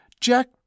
Jack